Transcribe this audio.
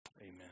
Amen